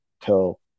tell –